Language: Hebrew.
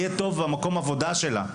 יהיה טוב במקום העבודה שלה.